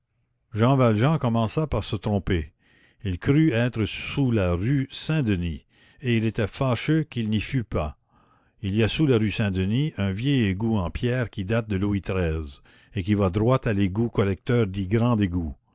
jean valjean commença par se tromper il crut être sous la rue saint-denis et il était fâcheux qu'il n'y fût pas il y a sous la rue saint-denis un vieil égout en pierre qui date de louis xiii et qui va droit à l'égout collecteur dit grand égout